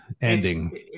ending